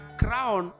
crown